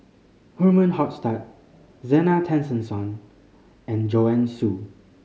Herman Hochstadt Zena Tessensohn and Joanne Soo